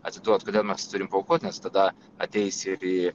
atiduot kodėl mes turim paaukot nes tada ateis ir į